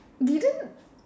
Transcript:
didn't